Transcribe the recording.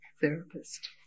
therapist